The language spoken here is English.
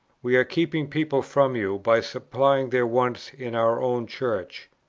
we are keeping people from you, by supplying their wants in our own church.